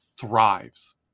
thrives